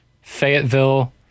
Fayetteville